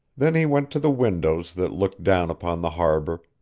then he went to the windows that looked down upon the harbor,